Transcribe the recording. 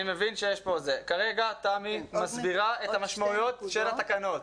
כרגע תמי מסבירה את המשמעויות של התקנות.